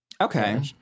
Okay